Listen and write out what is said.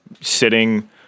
sitting